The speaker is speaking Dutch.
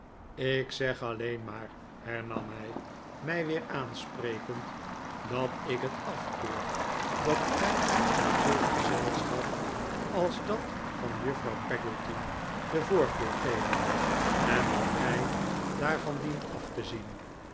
ik zeg alleen maar hernam hij mij weer aansprekend dat ik het afkeur dat gij aan zulk gezelschap als dat van juffrouw peggotty de voorkeur geeft en dat gij daarvan dient af te zien